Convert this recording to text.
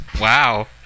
Wow